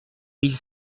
mille